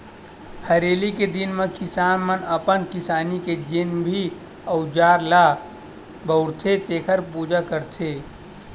हरेली के दिन म किसान मन अपन किसानी के जेन भी अउजार ल बउरथे तेखर पूजा करथे